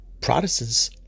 Protestants